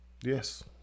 Yes